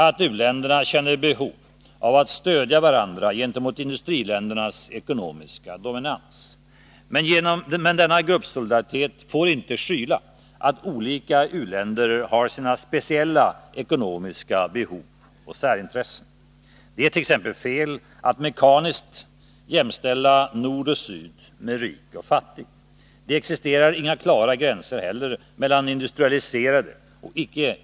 Alla dessa länder hör inte till de stater som vi kallar de nya industriländerna. Gemensamt med dessa har de dock stora exportframgångar och en snabb ekonomisk tillväxt. Vi har alla ett ansvar för att FN inte kommer i vanrykte, att vad som där sägs inte avfärdas som betydelselös retorik, att resolutionerna inte läggs åt sidan som till intet förpliktande dokument.